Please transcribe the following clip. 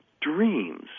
dreams